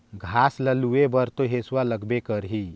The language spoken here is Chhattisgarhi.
घास ल लूए बर तो हेसुआ लगबे करही